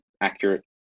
accurate